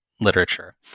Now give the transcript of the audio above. literature